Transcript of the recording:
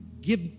Give